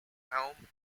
helm